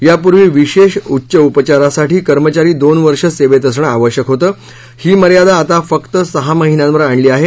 यापूर्वी विशेष उच्च उपचारासाठी कर्मचारी दोन वर्ष सेवेत असणं आवश्यक होतं ही मर्यादा आता फक्त सहा महिन्यांवर आणली आहे